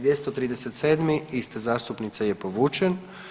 237. iste zastupnice je povučen.